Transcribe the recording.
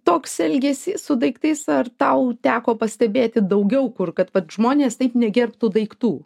toks elgesys su daiktais ar tau teko pastebėti daugiau kur kad vat žmonės taip negerbtų daiktų